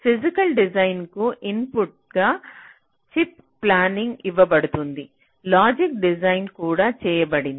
physical design కు ఇన్పుట్గా chip planning ఇవ్వబడుతుంది లాజిక్ డిజైన్ కూడా చేయబడింది